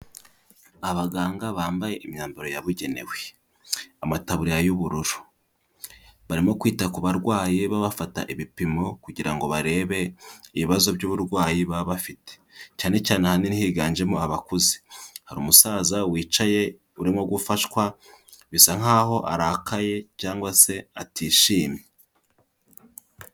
Abaganga bambaye imyambaro yabugenewe. Amataburiya y'ubururu. Barimo kwita ku barwayi babafata ibipimo kugira ngo barebe ibibazo by'uburwayi baba bafite. Cyane cyane ahanini higanjemo abakuze. Hari umusaza wicaye urimo gufashwa bisa nkaho arakaye cyangwa se atishimye.